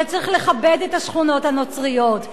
וצריך לכבד את השכונות הנוצריות?